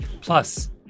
Plus